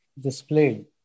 displayed